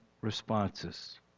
responses